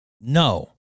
no